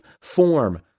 form